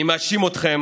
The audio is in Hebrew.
אני מאשים אתכם